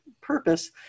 purpose